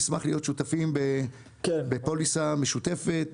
נשמח להיות שותפים בפוליסה משותפת,